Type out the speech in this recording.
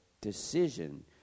decision